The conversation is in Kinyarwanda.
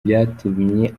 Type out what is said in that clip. byatumye